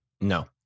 No